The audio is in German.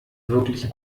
wirklich